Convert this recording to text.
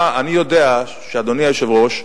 אני יודע שאדוני היושב-ראש,